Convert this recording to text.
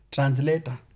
Translator